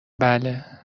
بله